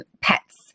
pets